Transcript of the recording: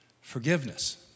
Forgiveness